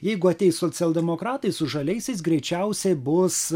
jeigu ateis socialdemokratai su žaliaisiais greičiausiai bus